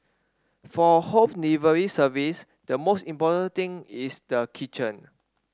for home delivery service the most important thing is the kitchen